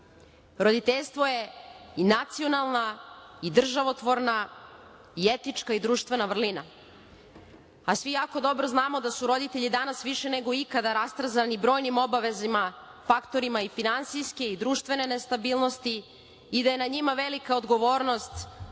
rađanja? Roditeljstvo je i nacionalna i državotvorna i etička i društvena vrlina, a svi jako dobro znamo da su roditelji danas više nego ikada rastrzani brojnim obavezama faktorima i finansijske i društvene nestabilnosti i da je na njima velika odgovornost